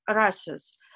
races